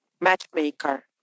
matchmaker